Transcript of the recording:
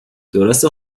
درسته